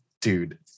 dude